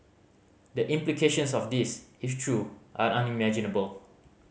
the implications of this if true are unimaginable